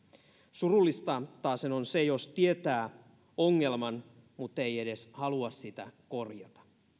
surullista taasen on se jos tietää ongelman mutta ei edes halua sitä korjata